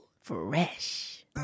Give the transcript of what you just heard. Fresh